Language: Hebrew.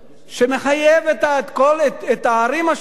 שמחייב את הערים השונות,